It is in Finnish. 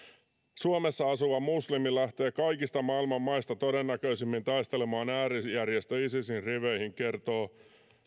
suomessa asuva muslimi lähtee kaikista maailman maista todennäköisimmin taistelemaan äärijärjestö isisin riveihin kertoo